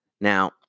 Now